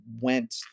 went